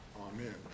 Amen